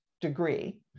degree